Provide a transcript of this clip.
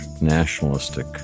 nationalistic